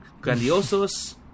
grandiosos